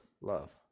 love